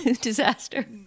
disaster